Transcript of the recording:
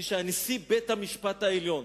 מי שהיה נשיא בית-המשפט העליון,